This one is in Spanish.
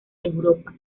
europa